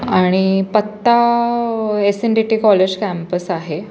आणि पत्ता S N D T college campus आहे